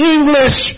English